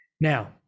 Now